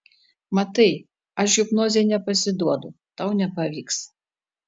matai aš hipnozei nepasiduodu tau nepavyks